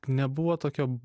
nebuvo tokio